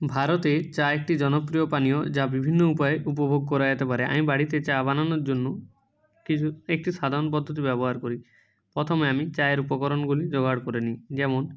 ভারতে চা একটি জনপ্রিয় পানীয় যা বিভিন্ন উপায়ে উপভোগ করা যেতে পারে আমি বাড়িতে চা বানানোর জন্য একটি সাধারণ পদ্ধতি ব্যবহার করি প্রথমে আমি চায়ের উপকরণগুলি জোগাড় করে নিই যেমন